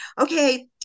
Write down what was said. okay